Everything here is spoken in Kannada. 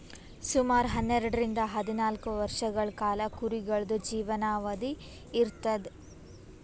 ಸುಮಾರ್ ಹನ್ನೆರಡರಿಂದ್ ಹದ್ನಾಲ್ಕ್ ವರ್ಷಗಳ್ ಕಾಲಾ ಕುರಿಗಳ್ದು ಜೀವನಾವಧಿ ಇರ್ತದ್